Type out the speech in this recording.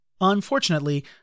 Unfortunately